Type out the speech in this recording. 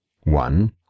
one